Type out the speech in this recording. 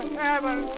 heaven